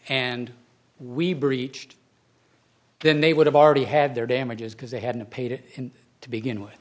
and we breached then they would have already had their damages because they hadn't paid it to begin with